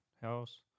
house